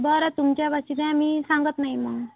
बरं तुमच्यावरची द्या मी सांगत नाही मग